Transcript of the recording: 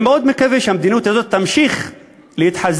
ואני מאוד מקווה שהמדיניות הזאת תמשיך להתחזק,